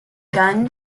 gunn